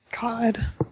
God